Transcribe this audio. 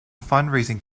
fundraising